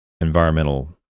environmental